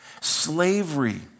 slavery